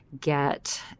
get